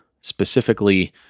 specifically